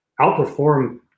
outperform